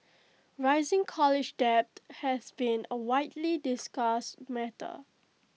rising college debt has been A widely discussed matter